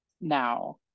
now